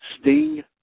Sting